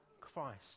Christ